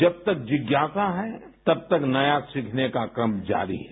जब तक जिज्ञासा है तब तक नया सीखने का क्रम जारी है